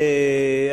ודאי,